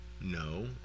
no